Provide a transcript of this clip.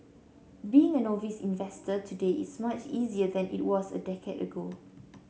being an novice investor today is much easier than it was a decade ago